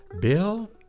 Bill